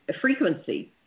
frequency